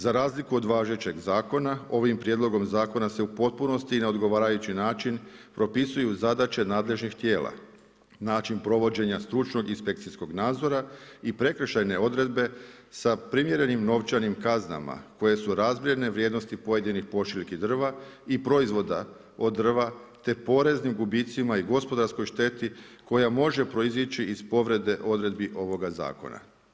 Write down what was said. Za razliku od važećeg zakona ovim prijedlogom zakona se u potpunosti i na odgovarajući način propisuju zadaće nadležnih tijela, način provođenja stručnog inspekcijskog nazora i prekršajne odredbe sa primjerenim novčanim kaznama koje su razmjerne vrijednosti pojedinih pošiljki drva i proizvoda od drva te poreznim gubitcima i gospodarskoj šteti koja može proizići iz povrede odredbi ovoga zakona.